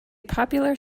popular